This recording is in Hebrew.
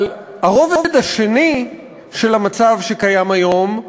אבל הרובד השני של המצב שקיים היום,